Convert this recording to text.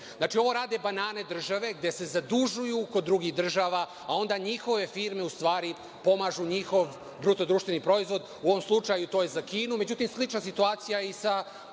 Znači, ovo rade „banane“ države gde se zadužuju kod drugih država, a onda njihove firme u stvari pomažu njihov bruto društveni proizvod u ovom slučaju to je za Kinu. Međutim, slična situacija je i sa